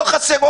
לא חסרים